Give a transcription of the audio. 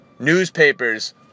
Newspapers